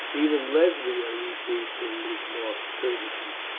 even lesbia received him with marked courtesy.